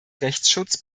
rechtsschutz